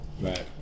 Right